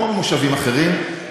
כמו במושבים אחרים,